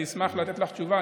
אני אשמח לתת לך תשובה.